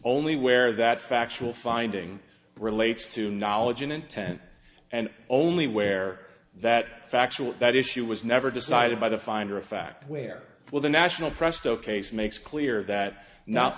only where that factual finding relates to knowledge and intent and only where that factual that issue was never decided by the finder of fact where will the national presto case makes clear that not